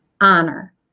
honor